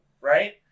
right